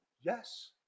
Yes